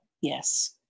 Yes